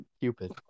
Cupid